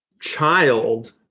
child